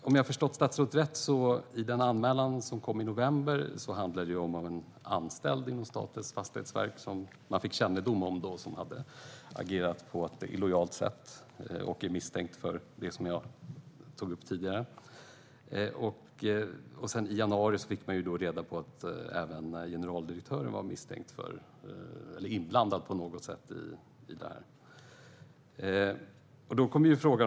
Om jag har förstått statsrådet rätt handlar den anmälan som kom i november om att man hade fått kännedom om att en anställd inom Statens fastighetsverk hade agerat på ett illojalt sätt och var misstänkt för det som jag tog upp tidigare. I januari fick man reda på att även generaldirektören var misstänkt för eller på något sätt inblandad i detta. Då uppstår en fråga.